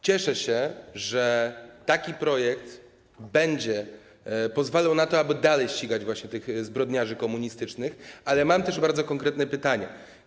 Cieszę się, że taki projekt będzie pozwalał na to, aby dalej ścigać zbrodniarzy komunistycznych, ale mam też bardzo konkretne pytanie.